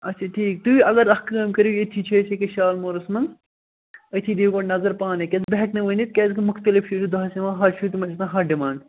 اَچھا ٹھیٖک تُہۍ اگر اَکھ کٲم کٔرِو ییٚتھی چھِ أسۍ أکِس شالمٲرَس منٛز أتھی دِیِو گۄڈٕ نظر پانے کیٛازِ بہٕ ہیٚکہٕ نہٕ ؤنِتھ کیٛازِکہِ مُختلِف شُرۍ چھِ دۄہَس یِوان ہتھ شُرۍ تِمن چھِ آسان ہَتھ ڈیمانٛڈ